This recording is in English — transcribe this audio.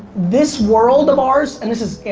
this world of ours, and this is,